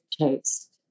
taste